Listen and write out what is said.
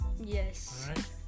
Yes